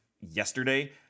yesterday